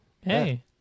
Hey